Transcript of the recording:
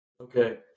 Okay